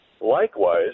likewise